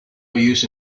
use